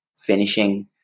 finishing